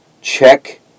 Check